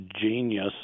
genius